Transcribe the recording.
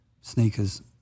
sneakers